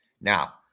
Now